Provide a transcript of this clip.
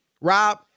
Rob